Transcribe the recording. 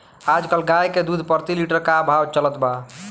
आज कल गाय के दूध प्रति लीटर का भाव चलत बा?